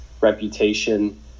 reputation